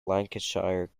lancashire